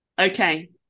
Okay